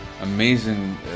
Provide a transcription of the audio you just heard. amazing